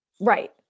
Right